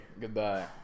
Goodbye